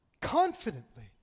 confidently